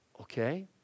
okay